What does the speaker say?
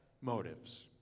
motives